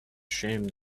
shame